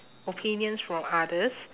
opinions from others